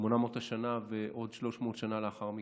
800 השנה ועוד 300 בשנה שלאחר מכן.